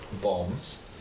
bombs